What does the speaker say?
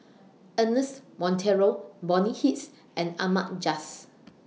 Ernest Monteiro Bonny Hicks and Ahmad Jais